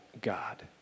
God